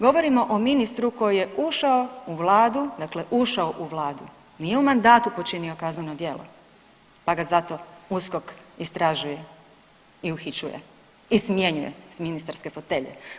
Govorimo o ministru koji je ušao u Vladu, dakle ušao u Vladu, nije u mandatu počinio kazneno djelo pa ga zato USKOK istražuje i uhićuje i smjenjuje s ministarske fotelje.